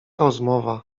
rozmowa